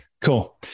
Cool